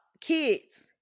kids